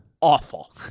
awful